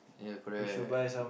ya correct